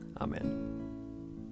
Amen